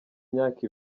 myaka